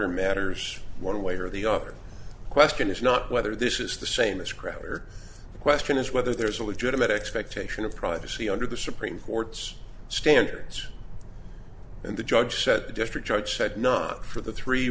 crowder matters one way or the other question is not whether this is the same a script or the question is whether there's a legitimate expectation of privacy under the supreme court's standards and the judge said the district judge said not for the three